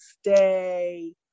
stay